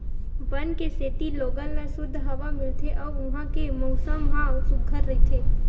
वन के सेती लोगन ल सुद्ध हवा मिलथे अउ उहां के मउसम ह सुग्घर रहिथे